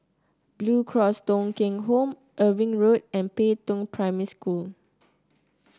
Blue Cross Thong Kheng Home Irving Road and Pei Tong Primary School